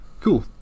Cool